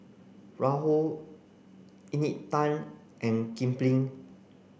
Raoul Encik Tan and Kipling